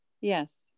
Yes